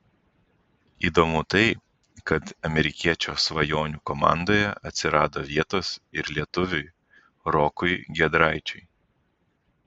įdomu tai kad amerikiečio svajonių komandoje atsirado vietos ir lietuviui rokui giedraičiui